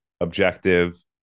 objective